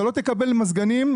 אתה לא תקבל מזגנים,